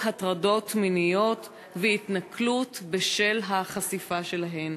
הטרדות מיניות והתנכלות בשל החשיפה שלהן.